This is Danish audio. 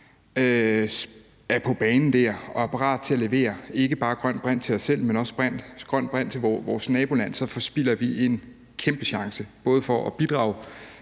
er på banen og er parat til at levere ikke bare grøn brint til os selv, men også grøn brint til vores naboland, forspilder vi en kæmpe chance, både for at bidrage